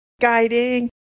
guiding